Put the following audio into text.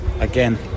Again